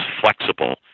flexible